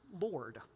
Lord